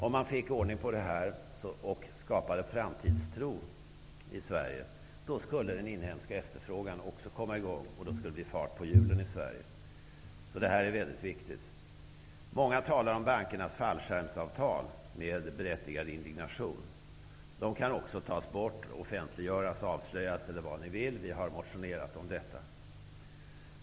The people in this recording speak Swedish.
Om man fick ordning på det här och skapade en framtidstro i Sverige, skulle den inhemska efterfrågan också komma i gång och det skulle bli fart på hjulen i Sverige. Det är mycket viktigt. Många talar om bankernas fallskärmsavtal, med berättigad indignation. De kan också tas bort, offentliggöras, avslöjas, eller vad ni vill. Vi har motionerat om detta.